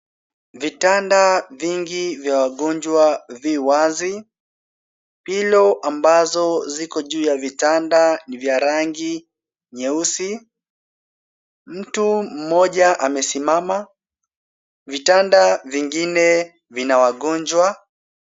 Vitanda vingi vya wagonjwa vi wazi. Pillow ambazo ziko juu ya vitanda ni za rangi nyeusi. Mtu mmoja amesimama. Vitanda vingine vina wagonjwa.